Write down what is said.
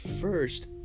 first